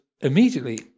immediately